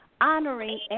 honoring